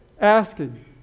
Asking